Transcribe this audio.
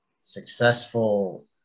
successful